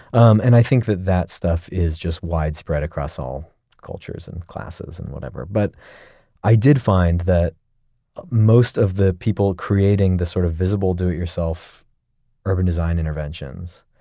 um and i think that that stuff is just widespread across all cultures and classes and whatever. but i did find that most of the people creating this sort of visible do-it-yourself urban design interventions,